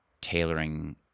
tailoring